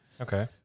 Okay